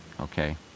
okay